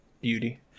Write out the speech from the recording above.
Beauty